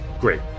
Great